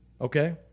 Okay